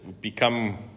become